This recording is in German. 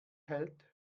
hält